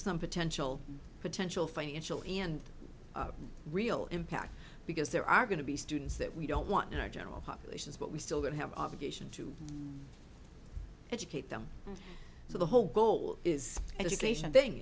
some potential potential financial and real impact because there are going to be students that we don't want you know general populations but we still don't have obligation to educate them so the whole goal is education thing